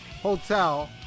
hotel